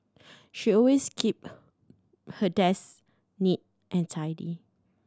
she always keep her desk neat and tidy